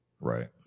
Right